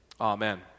Amen